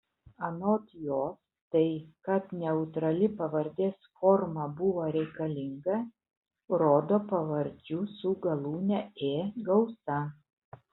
anot jos tai kad neutrali pavardės forma buvo reikalinga rodo pavardžių su galūne ė gausa